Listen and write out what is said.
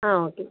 ஆ okay